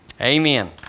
Amen